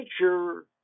nature